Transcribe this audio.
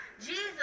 Jesus